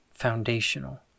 foundational